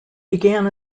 began